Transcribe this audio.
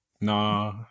Nah